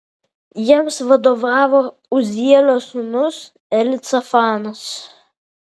jiems vadovavo uzielio sūnus elicafanas